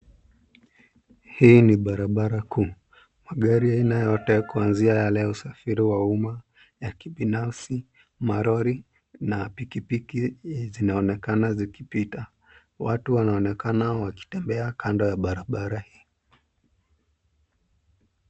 Hii ni barabara kuu. Magari aina yote kuanzia yale ya usafiri wa umma, ya kibinafsi, malori na pikipiki zinaonekana zikipita. Watu wanaonekana wakitembea kando ya barabara hii.